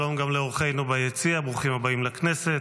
שלום גם לאורחינו ביציע, ברוכים הבאים לכנסת.